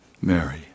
Mary